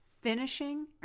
Finishing